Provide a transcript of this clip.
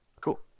Cool